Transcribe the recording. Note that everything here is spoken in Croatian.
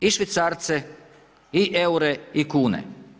I švicarce i eure i kune.